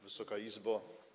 Wysoka Izbo!